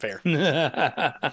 Fair